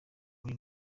muri